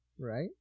Right